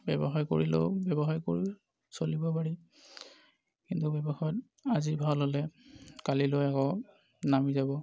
ব্য়ৱসায় কৰিলেও ব্য়ৱসায় কৰিও চলিব পাৰি কিন্তু ব্য়ৱসায়ত আজি ভাল হ'লে কালিলৈ আকৌ নামি যাব